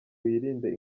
wirinde